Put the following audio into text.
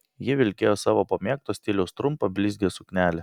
ji vilkėjo savo pamėgto stiliaus trumpą blizgią suknelę